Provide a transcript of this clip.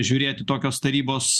žiūrėti tokios tarybos